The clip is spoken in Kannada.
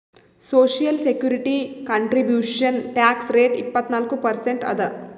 social security contribution tax rate ಇಪ್ಪತ್ನಾಲ್ಕು ಪರ್ಸೆಂಟ್ ಅದ